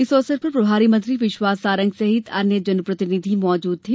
इस अवसर पर प्रभारी मंत्री विश्वास सारंग सहित अन्य जन प्रतिनिधि मौजूद थे